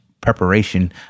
preparation